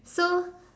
so